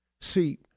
See